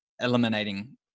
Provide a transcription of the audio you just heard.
eliminating